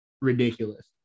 ridiculous